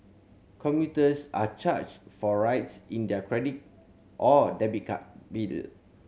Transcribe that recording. commuters are charged for rides in their credit or debit card bill